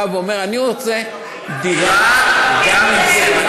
בא ואומר: אני רוצה דירה גם עם זה,